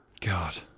God